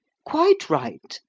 quite right,